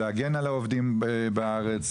להגן על העובדים בארץ,